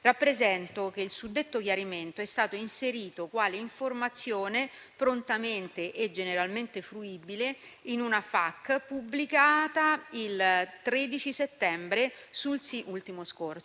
Rappresento che il suddetto chiarimento è stato inserito quale informazione prontamente e generalmente fruibile in una FAQ pubblicata il 13 settembre ultimo scorso,